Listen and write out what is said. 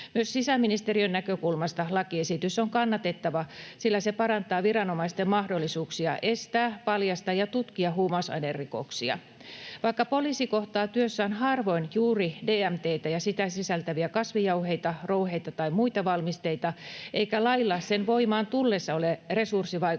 Myös sisäministeriön näkökulmasta lakiesitys on kannatettava, sillä se parantaa viranomaisten mahdollisuuksia estää, paljastaa ja tutkia huumausainerikoksia. Vaikka poliisi kohtaa työssään harvoin juuri DMT:tä ja sitä sisältäviä kasvijauheita tai ‑rouheita tai muita valmisteita eikä lailla sen voimaan tullessa ole resurssivaikutuksia